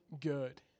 good